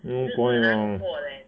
no point lah